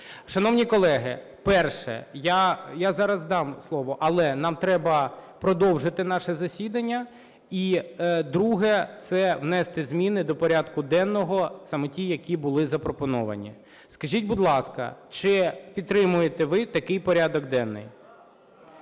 Шановні колеги, перше. Я зараз дам слово, але нам треба продовжити наше засідання. І друге. Це внести зміни до порядку денного, саме ті, які були запропоновані. Скажіть, будь ласка, чи підтримуєте ви такий порядок денний?